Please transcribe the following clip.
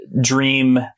Dream